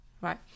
right